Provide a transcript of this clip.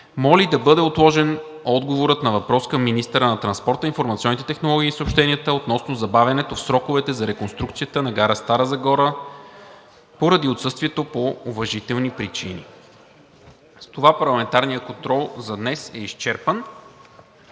моли да бъде отложен отговорът на въпрос към министъра на транспорта, информационните технологии и съобщенията относно забавянето в сроковете за реконструкцията на гара Стара Загора поради отсъствието по уважителни причини. С това парламентарният контрол за днес е изчерпан.